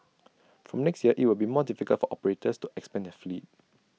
from next year IT will be more difficult for operators to expand their fleet